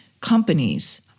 companies